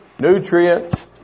Nutrients